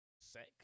sex